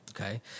Okay